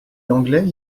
l’anglais